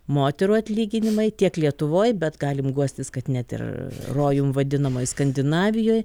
moterų atlyginimai tiek lietuvoj bet galim guostis kad net ir rojum vadinamoj skandinavijoj